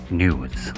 news